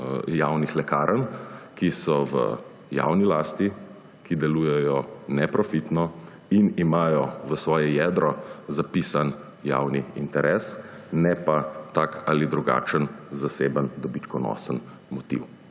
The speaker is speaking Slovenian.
javnih lekarn, ki so v javni lasti, ki delujejo neprofitno in imajo v svoje jedro zapisan javni interes, ne pa tak ali drugačen zaseben dobičkonosen motiv.